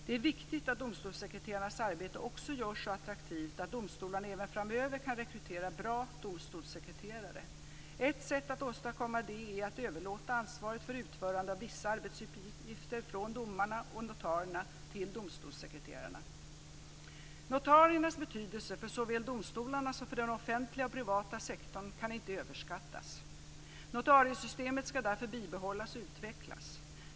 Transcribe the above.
Det är viktigt att domstolssekreterarnas arbete också görs så attraktivt att domstolarna även framöver kan rekrytera bra domstolssekreterare. Ett sätt att åstadkomma det är att överlåta ansvaret för utförande av vissa arbetsuppgifter från domarna och notarierna till domstolssekreterarna. Notariernas betydelse för såväl domstolarna som den offentliga sektorn och den privata sektorn kan inte överskattas. Notariesystemet ska därför bibehållas och utvecklas.